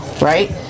right